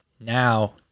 Now